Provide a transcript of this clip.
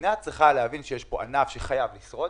המדינה צריכה להבין שיש פה ענף שחייב לשרוד.